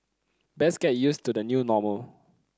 best get used to the new normal